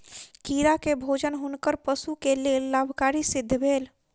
कीड़ा के भोजन हुनकर पशु के लेल लाभकारी सिद्ध भेल